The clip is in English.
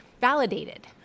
Validated